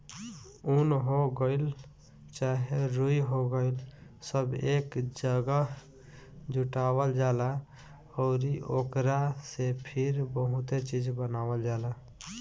उन हो गइल चाहे रुई हो गइल सब एक जागह जुटावल जाला अउरी ओकरा से फिर बहुते चीज़ बनावल जाला